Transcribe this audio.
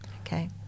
Okay